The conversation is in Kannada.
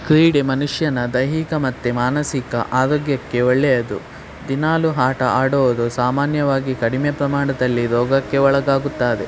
ಕ್ರೀಡೆ ಮನುಷ್ಯನ ದೈಹಿಕ ಮತ್ತು ಮಾನಸಿಕ ಆರೋಗ್ಯಕ್ಕೆ ಒಳ್ಳೆಯದು ದಿನಾಲೂ ಆಟ ಆಡುವುದು ಸಾಮಾನ್ಯವಾಗಿ ಕಡಿಮೆ ಪ್ರಮಾಣದಲ್ಲಿ ರೋಗಕ್ಕೆ ಒಳಗಾಗುತ್ತಾರೆ